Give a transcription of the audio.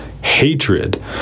hatred